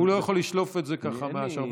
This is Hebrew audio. הוא לא יכול לשלוף את זה ככה מהשרוול.